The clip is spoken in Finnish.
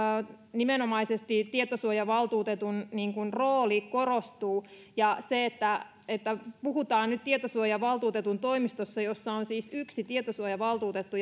nimenomaisesti tämä tietosuojavaltuutetun rooli korostuu ja se että että puhutaan nyt tietosuojavaltuutetun toimistosta jossa on siis yksi tietosuojavaltuutettu